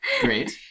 Great